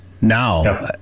Now